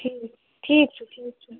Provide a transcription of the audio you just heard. ٹھیٖک ٹھیٖک چھُ ٹھیٖک چھُ